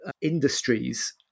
industries